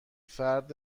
فرد